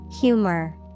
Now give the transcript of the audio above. Humor